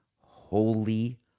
holy